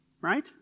Right